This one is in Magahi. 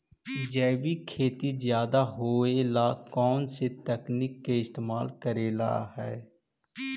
जैविक खेती ज्यादा होये ला कौन से तकनीक के इस्तेमाल करेला हई?